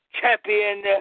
champion